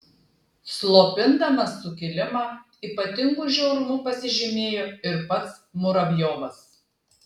slopindamas sukilimą ypatingu žiaurumu pasižymėjo ir pats muravjovas